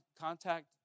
Contact